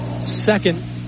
second